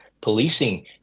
Policing